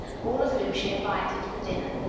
all of whom she invited for dinner.